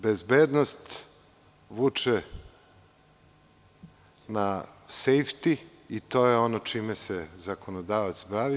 Bezbednost vuče na „sejfti“ i to je ono čime se zakonodavac bavi.